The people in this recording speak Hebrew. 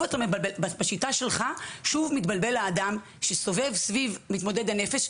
בשיטה שלך שוב מתבלבל האדם שסובב סביב מתמודד הנפש.